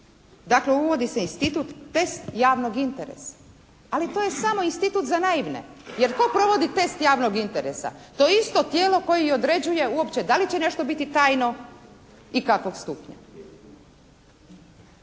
Dakle uvodi se institut, test javnog interesa. Ali to je samo institut za naivne. Jer tko provodi test javnog interesa. To isto tijelo koje i određuje uopće da li će nešto biti tajno i kakvog stupnja?